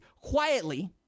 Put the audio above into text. Quietly